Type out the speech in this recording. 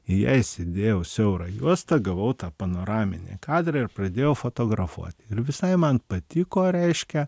į ją įsidėjau siaurą juostą gavau tą panoraminį kadrą ir pradėjau fotografuoti ir visai man patiko reiškia